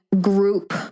group